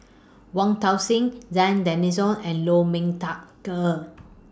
Wong Tuang Seng Zena Tessensohn and Lu Ming Teh Earl